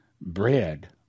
bread